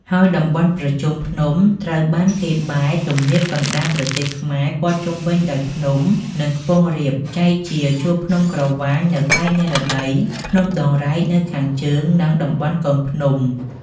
ហើយតំបន់ប្រជុំភ្នំត្រូវបានគេបែ ទំនាបកណ្តាលប្រទេសខ្មែរព័ទ្ធជុំវិញដោយភ្នំ និងខ្ពង់រាប ចែកជា ជួរភ្នំក្រវាញនៅប៉ែកនិរតី ភ្នំដងរែកនៅខាងជើង និងតំបន់កូនភ្នំ ។